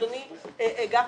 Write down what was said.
אדוני גפני,